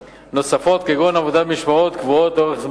נוספות כגון עבודה במשמרות קבועות לאורך זמן.